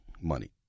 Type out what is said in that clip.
money